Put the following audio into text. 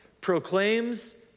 Proclaims